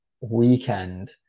weekend